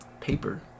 paper